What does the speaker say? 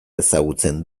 ezagutzen